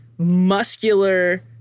muscular